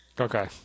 Okay